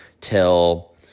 Till